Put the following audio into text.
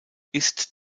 ist